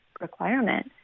requirement